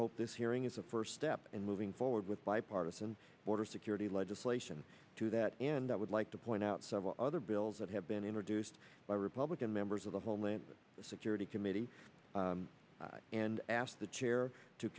hope this hearing is a first step in moving forward with bipartisan border security legislation to that and that would like to point out several other bills that have been introduced by republican members of the homeland security committee and asked the chair to